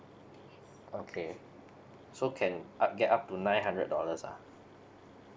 okay so can up get up to nine hundred dollars ah